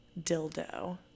dildo